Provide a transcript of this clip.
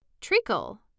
Treacle